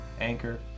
Anchor